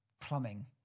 plumbing